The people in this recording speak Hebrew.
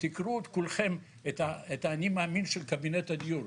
ותקראו כולכם את האני מאמין של קבינט הדיור.